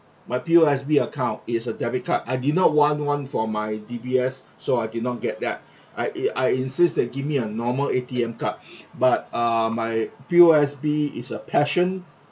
my P_O_S_B account is a debit card I did not want one for my D_B_S so I did not get that I in I insist they give me a normal A_T_M card but err my P_O_S_B is a passion